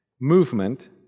movement